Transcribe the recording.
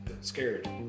scared